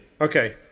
Okay